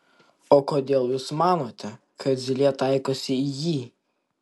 o kodėl jūs manote kad zylė taikosi į jį